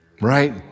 right